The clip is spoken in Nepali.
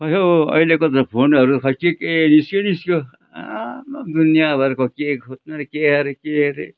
खोइ हौ अहिलेको त फोनहरू खोइ के के निस्क्यो निस्क्यो आमामा दुनियाँभरको के खोज्नु रे के हरे के हरे